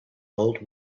old